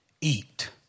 eat